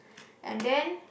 and then